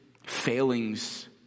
failings